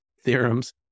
theorems